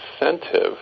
incentive